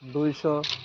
ଦୁଇଶହ